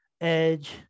Edge